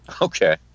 Okay